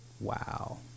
wow